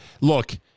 look